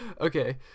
okay